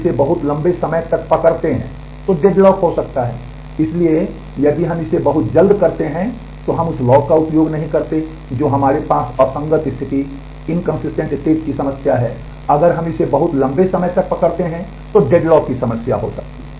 इसलिए यदि हम इसे बहुत जल्द करते हैं तो हम उस लॉक का उपयोग नहीं करते हैं जो हमारे पास असंगत स्थिति की समस्या है अगर हम इसे बहुत लंबे समय तक पकड़ते हैं तो डेडलॉक की समस्या हो सकती है